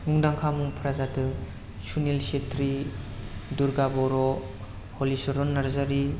मुंदांखा मुंफ्रा जादों सुनिल सेथ्रि दुर्गा बर' हलिसरन नार्जारि